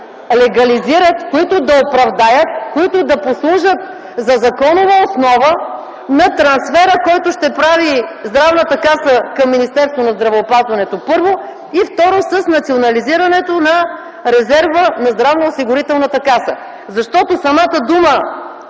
легализират, които да оправдаят, които да послужат за законова основа на трансфера, който ще прави Здравната каса към Министерството на здравеопазването, първо, и, второ, с национализирането на резерва на Здравноосигурителната каса. Самите думи,